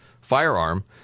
firearm